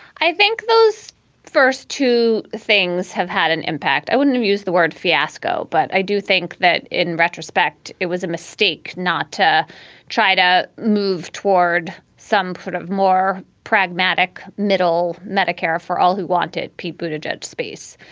i think those first two things have had an impact. i wouldn't have used the word fiasco, but i do think that in retrospect, it was a mistake not to try to move toward some sort of more pragmatic middle. medicare for all who wanted people to judge space.